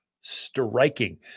striking